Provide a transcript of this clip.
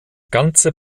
ganze